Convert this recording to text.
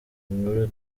nkuru